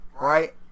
right